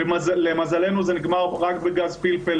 למזלנו זה נגמר רק בגז פלפל,